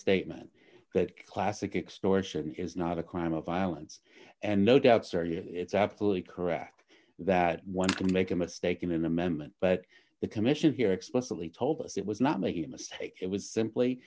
statement that classic extortion is not a crime of violence and no doubt certainly it's absolutely correct that one can make a mistake in a moment but the commission here explicitly told us it was not making a mistake it was simply